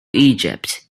egypt